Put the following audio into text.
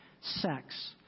sex